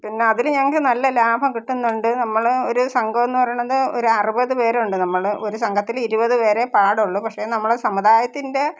പിന്നെ അതിൽ ഞങ്ങൾക്ക് നല്ല ലാഭം കിട്ടുന്നുണ്ട് നമ്മൾ ഒരു സംഘം എന്ന് പറയണത് ഒരു അറുപത് പേരുണ്ട് നമ്മൾ ഒരു സംഘത്തിൽ ഇരുപത് പേരെ പാടുള്ളു പക്ഷേ നമ്മുടെ സമുദായത്തിന്റെ